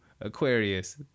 Aquarius